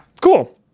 Cool